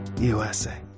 USA